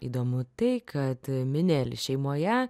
įdomu tai kad mineli šeimoje